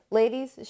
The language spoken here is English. ladies